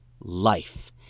life